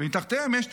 ומתחתיהם יש,